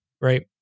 right